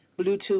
Bluetooth